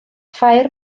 ffair